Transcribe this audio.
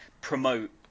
promote